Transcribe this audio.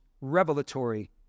revelatory